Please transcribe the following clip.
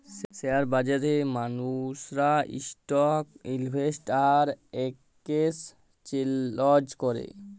share বাজারে মালুসরা stock invest আর একেসচেলজ ক্যরে